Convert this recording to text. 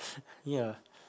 ya